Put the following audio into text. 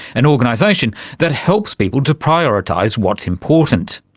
an organisation that helps people to prioritise what's important.